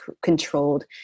controlled